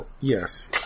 Yes